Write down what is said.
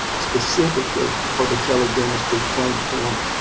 specifically for the tele-dentistry claim form,